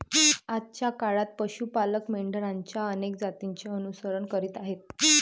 आजच्या काळात पशु पालक मेंढरांच्या अनेक जातींचे अनुसरण करीत आहेत